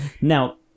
Now